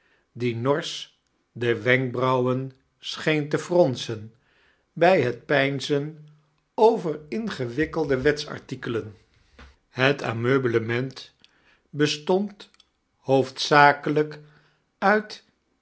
die norsch de wenkbrauwen scheen te fronsem brj bet peinzen over ingewikkelde weteartikelen het ameublenient bestond hoofdzakelijk uit